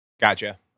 Gotcha